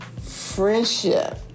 friendship